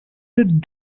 did